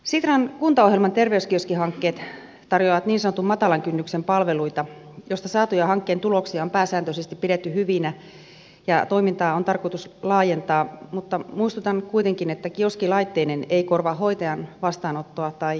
sitran kuntaohjelman terveyskioskihankkeet tarjoavat niin sanotun matalan kynnyksen palveluita joista saatuja hankkeen tuloksia on pääsääntöisesti pidetty hyvinä ja toimintaa on tarkoitus laajentaa mutta muistutan kuitenkin että kioski laitteineen ei korvaa hoitajan vastaanottoa tai terveydenhoitajan neuvolavastaanottoa